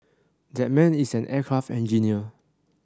that man is an aircraft engineer